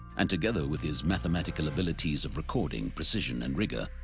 and together, with his mathematical abilities of recording, precision, and rigor,